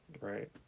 Right